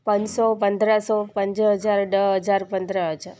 पंज सौ पंद्रहं सौ पंज हज़ार ॾह हज़ार पंद्रहं हज़ार